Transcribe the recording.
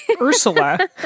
Ursula